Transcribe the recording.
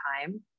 time